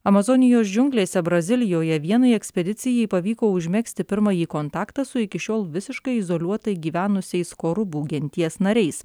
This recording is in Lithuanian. amazonijos džiunglėse brazilijoje vienai ekspedicijai pavyko užmegzti pirmąjį kontaktą su iki šiol visiškai izoliuotai gyvenusiais korubų genties nariais